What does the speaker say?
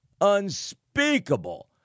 unspeakable